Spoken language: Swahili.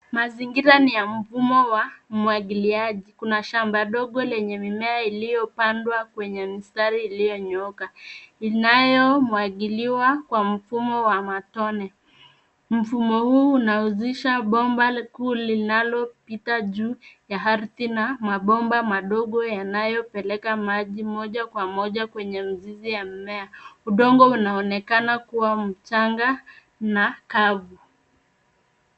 Mazingira ni ya mfumo wa umwagiliaji. Kuna shamba dogo lenye mimea iliyopandwa kwenye mstari iliyonyooka, inayomwagiliwa kwa mfumo wa matone. Mfumo huu unahusisha bomba kuu linalopita juu ya ardhi na mabomba madogo yanayopeleka maji moja kwa moja kwenye mzizi ya mmea. Udongo unaonekana kuwa mchanga na kavu.